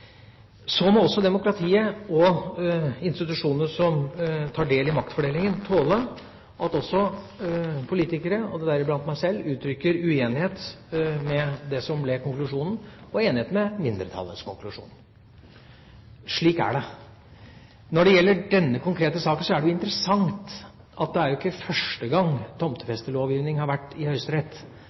Så må demokratiet og institusjonene som tar del i maktfordelingen, tåle at politikere – deriblant meg selv – uttrykker uenighet med det som ble konklusjonen, og enighet om mindretallets konklusjon. Slik er det. Når det gjelder denne konkrete saken, er det jo interessant at det ikke er første gang tomtefestelovgivningen har vært i Høyesterett.